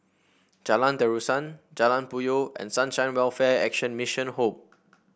Jalan Terusan Jalan Puyoh and Sunshine Welfare Action Mission Home